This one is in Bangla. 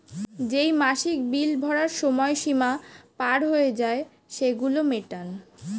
যেই মাসিক বিল ভরার সময় সীমা পার হয়ে যায়, সেগুলো মেটান